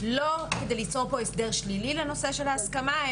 לא כדי ליצור פה הסדר שלילי לנושא של ההסכמה,